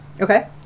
okay